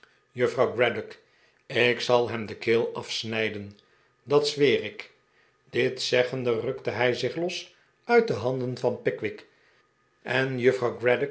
juffrouw craddock ik zal hem de keel afsnijdenj dat zweer ik dit zeggende rukte hij zich los uit de handen van pickwick en